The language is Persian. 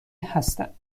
هستند